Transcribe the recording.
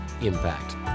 impact